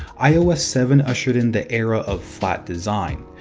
ios seven ushered in the era of flat design.